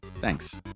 thanks